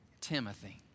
Timothy